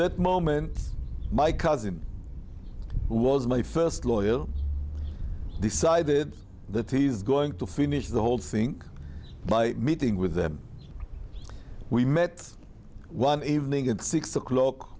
that moment my cousin who was my first loyal decided that he's going to finish the whole think by meeting with them we met one evening at six o'clock